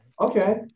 Okay